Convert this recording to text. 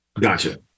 Gotcha